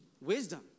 wisdom